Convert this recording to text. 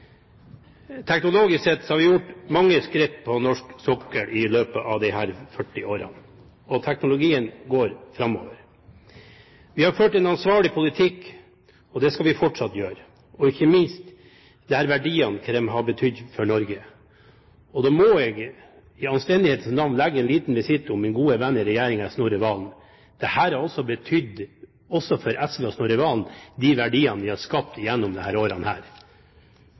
Teknologisk sett har vi tatt mange skritt når det gjelder norsk sokkel i løpet av disse 40 årene, og teknologien går framover. Vi har ført en ansvarlig politikk, og det skal vi fortsatt gjøre, og ikke minst når vi ser hva de verdiene har betydd for Norge. Jeg må i anstendighetens navn legge en liten visitt til min gode venn Snorre Valen fra et av regjeringspartiene. De verdiene vi har skapt gjennom disse årene, har også betydd mye for SV og Snorre Valen. Alle sammen har